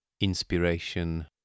inspiration